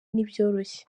n’ibyoroshye